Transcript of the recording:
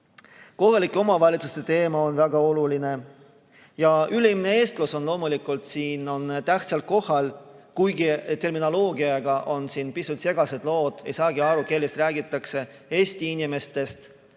Kohalike omavalitsuste teema on väga oluline. Üleilmne eestlus on loomulikult siin tähtsal kohal, kuigi terminoloogiaga on siin pisut segased lood. Ei saagi aru, kellest räägitakse, kas Eesti inimestest,